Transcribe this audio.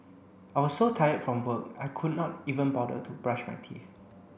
I was so tired from work I could not even bother to brush my teeth